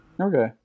okay